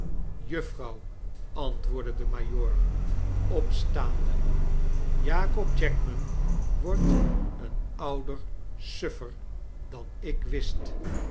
juffrouw antwoordde de majooropstaande jakob jackman wordt een ouder suffer dan ik wist